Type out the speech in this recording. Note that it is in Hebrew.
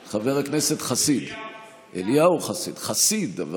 חבר הכנסת אליהו חסיד.